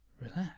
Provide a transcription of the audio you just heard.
relax